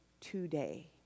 today